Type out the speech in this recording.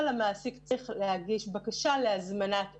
המעסיק צריך להגיש בקשה להזמנת עובדים.